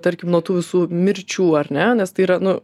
tarkim nuo tų visų mirčių ar ne nes tai yra nu